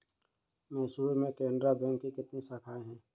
मैसूर में केनरा बैंक की कितनी शाखाएँ है?